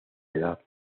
edad